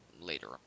later